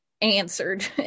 Answered